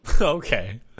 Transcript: Okay